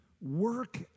work